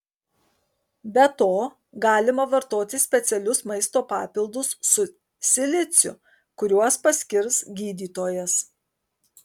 be to galima vartoti specialius maisto papildus su siliciu kuriuos paskirs gydytojas